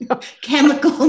chemical